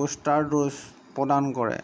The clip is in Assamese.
বুষ্টাৰ ড'জ প্ৰদান কৰে